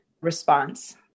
response